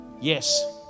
yes